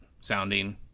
sounding